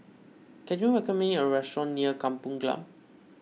can you recommend me a restaurant near Kampung Glam